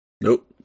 Nope